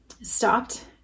stopped